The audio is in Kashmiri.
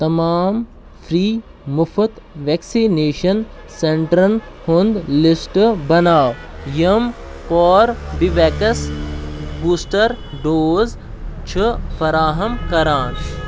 تمام فرٛی مُفٕط ویکسِنیشن سینٹرن ہُنٛد لسٹ بناو یِم کوربِوٮ۪کس بوٗسٹر ڈوز چھِ فراہَم کران